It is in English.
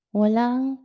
walang